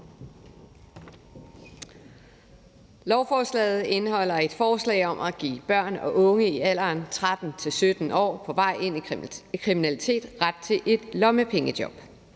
Lovforslaget indeholder et forslag om at give børn og unge i alderen 13-17 år på vej ind i kriminalitet ret til et lommepengejob.